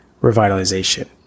revitalization